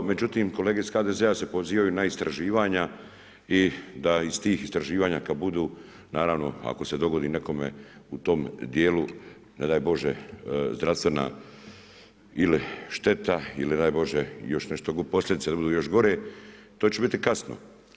Međutim, kolege iz HDZ-a se pozivaju na istraživanja i da iz tih istraživanja kada budu, naravno ako se dogodi nekome u tom dijelu, ne daj Bože zdravstvena ili šteta ili ne daj Bože još nešto, posljedice da budu još gore, to će biti kasno.